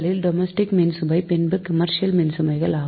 முதலில் டொமெஸ்டிக் மின்சுமை பின்பு கமெர்சியல் மின்சுமைகள்